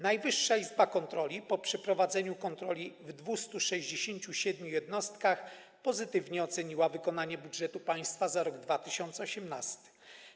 Najwyższa Izba Kontroli po przeprowadzeniu kontroli w 267 jednostkach pozytywnie oceniła wykonanie budżetu państwa za rok 2018.